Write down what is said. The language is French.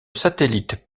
satellite